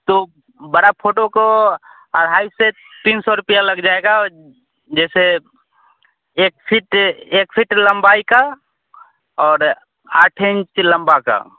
तो बड़ा फ़ोटो को अढ़ाई से तीन सौ रुपया लग जाएगा और जैसे एक फिट एक फिट लंबाई का और आठ इंच लंबा का